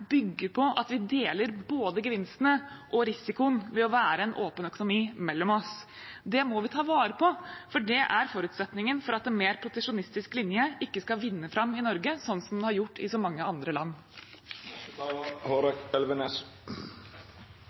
bygger på at vi deler mellom oss både gevinstene og risikoen ved å være en åpen økonomi. Det må vi ta vare på, for det er forutsetningen for at en mer proteksjonistisk linje ikke skal vinne fram i Norge, sånn som den har gjort i så mange andre land.